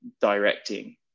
directing